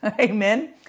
Amen